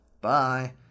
Bye